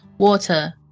Water